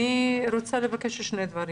אני רוצה לבקש שני דברים.